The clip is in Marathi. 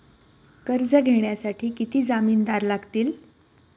कर्ज घेण्यासाठी किती जामिनदार लागतील?